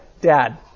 Dad